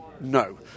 No